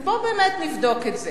אז בואו באמת נבדוק את זה.